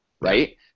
right